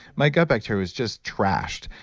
my gut bacteria was just trashed.